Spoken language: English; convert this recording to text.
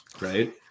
right